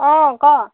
অ ক'